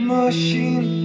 Machine